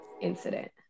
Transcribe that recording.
incident